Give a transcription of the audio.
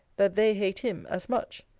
that they hate him as much.